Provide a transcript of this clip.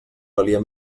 valia